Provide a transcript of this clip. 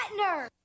Ratner